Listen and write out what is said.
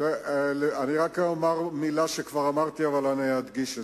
אני רק אומר מלה שכבר אמרתי, אבל אני אדגיש.